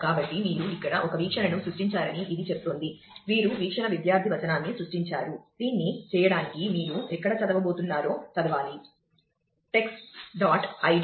కాబట్టి మీరు ఇక్కడ ఒక వీక్షణను సృష్టించారని ఇది చెప్తోంది మీరు వీక్షణ విద్యార్థి వచనాన్ని సృష్టించారు దీన్ని చేయడానికి మీరు ఎక్కడ చదవబోతున్నారో చదవాలి టెక్స్ట్ డాట్ ఐడి